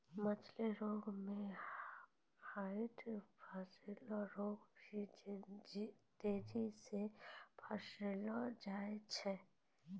मछली रोग मे ह्वाइट स्फोट रोग भी तेजी से फैली जाय छै